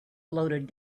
loaded